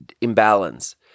imbalance